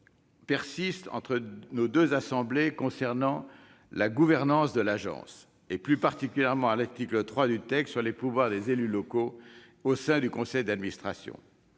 persiste entre nos deux assemblées concernant la gouvernance de l'agence et, plus particulièrement, à l'article 3 du texte, sur les pouvoirs des élus locaux au sein de son conseil d'administration.